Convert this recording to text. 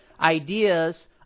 ideas